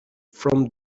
from